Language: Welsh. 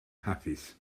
hapus